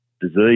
disease